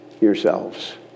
yourselves